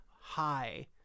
high